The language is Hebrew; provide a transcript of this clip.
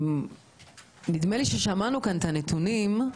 נדמה לי ששמענו כאן את הנתונים.